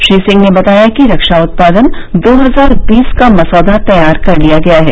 श्री सिंह ने बताया कि रक्षा उत्पादन दो हजार बीस का मसौदा तैयार कर लिया गया है